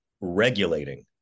regulating